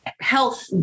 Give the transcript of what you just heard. health